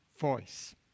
voice